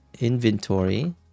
inventory